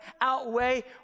outweigh